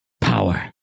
power